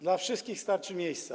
Dla wszystkich starczy miejsca.